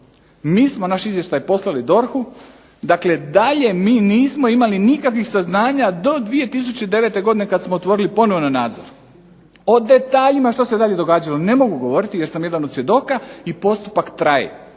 mi smo naš izvještaj poslali DORH-u, dalje mi nismo imali nikakvih saznanja do 2009. godine kada smo otvorili ponovno nadzor. O detaljima što se dalje događalo, ne mogu govoriti jer sam jedan od svjedoka i postupak traje.